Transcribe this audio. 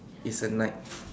it's a night